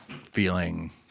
feeling